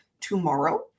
tomorrow